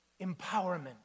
empowerment